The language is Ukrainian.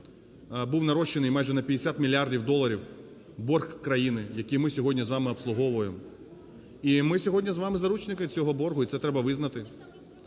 був нарощений, майже на 50 мільярдів доларів, борг країни, який ми сьогодні з вами обслуговуємо і ми сьогодні з вами заручники цього боргу, і це треба визнати.